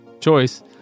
choice